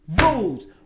rules